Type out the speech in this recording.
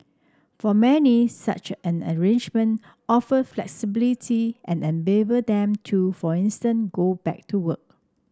for many such an arrangement offer flexibility and enable them to for instance go back to work